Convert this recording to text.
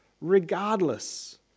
regardless